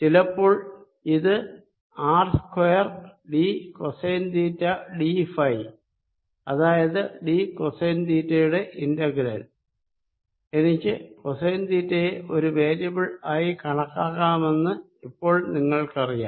ചിലപ്പോൾ ഇത് R square D cosine theta D phi അതായത് ഡി കോസൈൻ തീറ്റ യുടെ ഇന്റഗ്രൽ എനിക്ക് കോസൈൻ തീറ്റയെ ഒരു വേരിയബിൾ ആയി കണക്കാക്കാമെന്ന് ഇപ്പോൾ നിങ്ങൾക്കറിയാം